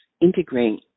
integrate